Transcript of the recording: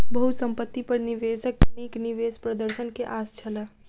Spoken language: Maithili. बहुसंपत्ति पर निवेशक के नीक निवेश प्रदर्शन के आस छल